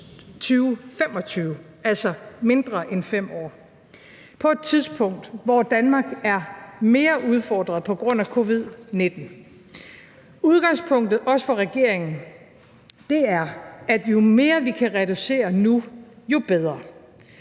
2025, altså om mindre end 5 år, på et tidspunkt, hvor Danmark er mere udfordret på grund af covid-19. Udgangspunktet – også for regeringen – er, at jo mere vi kan reducere nu, jo bedre.